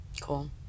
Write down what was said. Cool